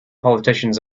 politicians